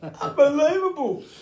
Unbelievable